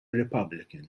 republican